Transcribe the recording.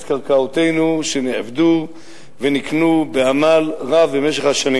קרקעותינו שעובדו ונקנו בעמל רב במשך השנים.